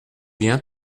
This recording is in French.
bien